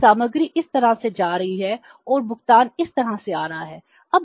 तो सामग्री इस तरह से जा रही है और भुगतान इस तरह से आ रहा है